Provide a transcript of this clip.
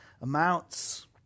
amounts